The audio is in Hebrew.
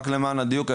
רק למען הדיוק,